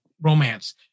romance